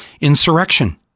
insurrection